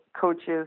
coaches